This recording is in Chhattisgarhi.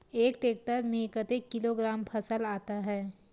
एक टेक्टर में कतेक किलोग्राम फसल आता है?